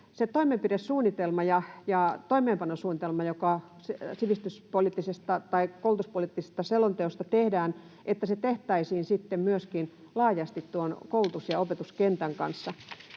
toimenpidesuunnitelma ja toimeenpanosuunnitelma, joka sivistyspoliittisesta tai koulutuspoliittisesta selonteosta tehdään, varmasti tehtäisiin sitten myöskin laajasti tuon koulutus‑ ja opetuskentän kanssa.